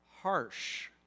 Harsh